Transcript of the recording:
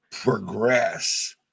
progress